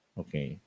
okay